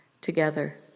together